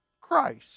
Christ